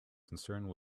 concerned